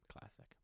classic